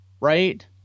Right